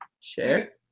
Share